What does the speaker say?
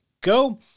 go